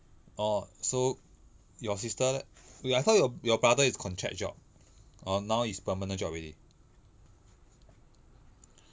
orh so your sister leh wait I thought your your brother is contract job oh now is permanent job already